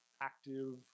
active